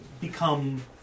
become